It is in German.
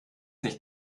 nicht